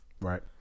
Right